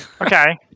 Okay